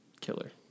killer